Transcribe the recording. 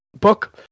book